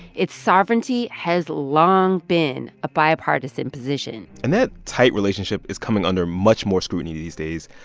its sovereignty has long been a bipartisan position and that tight relationship is coming under much more scrutiny these days.